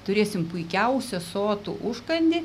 turėsim puikiausią sotų užkandį